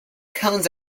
cones